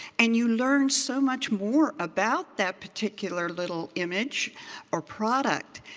and you learn so much more about that particular little image or product.